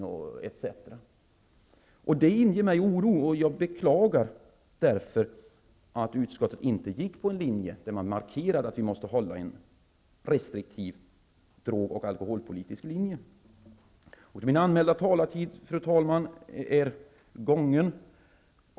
Detta inger mig oro, och jag beklagar därför att utskottet inte markerade att vi måste hålla en restriktiv drog och alkoholpolitisk linje. Min anmälda talartid, fru talman, är gången.